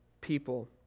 people